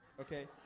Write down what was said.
Okay